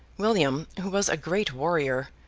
william, who was a great warrior,